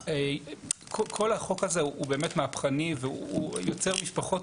כל החוק הזה הוא באמת מהפכני והוא יוצר משפחות